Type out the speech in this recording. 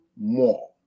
more